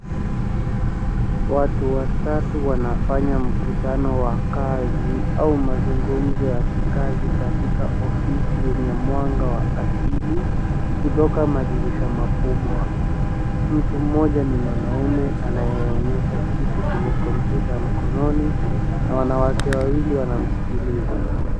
Watu watatu wanafanya mkutano wa kazi au mazungumzo ya kikazi katika ofisi yenye mwanga wa asili kutoka madirisha makubwa. Mtu mmoja ni mwanaume anayeonyesha kitu kwenye kompyuta mkononi na wanawake wawili wanamsikiliza.